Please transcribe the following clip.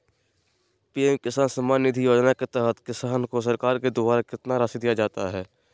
PM Kisan Samman Nidhi योजना के तहत किसान को सरकार के द्वारा कितना रासि दिया जाता है?